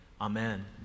Amen